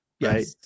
right